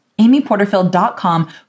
amyporterfield.com